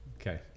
Okay